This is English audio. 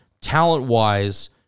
talent-wise